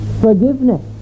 forgiveness